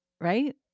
right